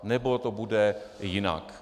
Nebo to bude jinak?